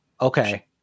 okay